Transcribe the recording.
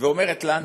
ואומרת לנו